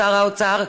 שר האוצר.